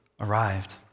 arrived